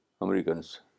Americans